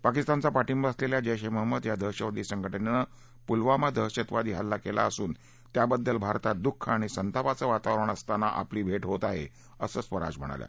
पाकिस्तानचा पाठिंबा असलेल्या जैश ए महम्मद या दहशतवादी संघटनेनं पुलवामा दहशतवादी हल्ला केला असून त्याबद्दल भारतात दुःख आणि संतापाचं वातावरण असताना आपली भेट होत आहे असं स्वराज म्हणाल्या